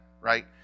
right